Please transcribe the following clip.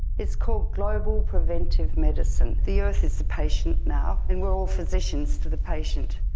it's called global preventive medicine. the earth is the patient now and we're all physicians to the patient.